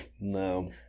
No